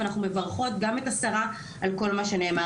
ואנחנו מברכות גם את השרה על כל מה שנאמר.